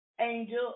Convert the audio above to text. angel